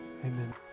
amen